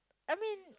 I mean